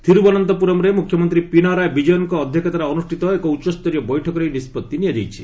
ଥିରୁବନନ୍ତପୁରମ୍ରେ ମୁଖ୍ୟମନ୍ତ୍ରୀ ପିନାରାୟ ବିକ୍କୟନଙ୍କ ଅଧ୍ୟକ୍ଷତାରେ ଅନୁଷ୍ଠିତ ଏକ ଉଚ୍ଚସ୍ତରୀୟ ବୈଠକରେ ଏହି ନିଷ୍ପଭି ନିଆଯାଇଛି